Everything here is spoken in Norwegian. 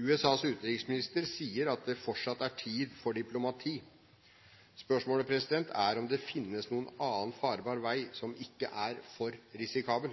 USAs utenriksminister sier at det fortsatt er tid for diplomati. Spørsmålet er om det finnes noen annen farbar vei som ikke er for risikabel.